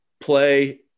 play